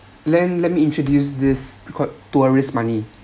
let let me introduce this tourist money